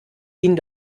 ihnen